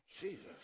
Jesus